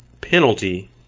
penalty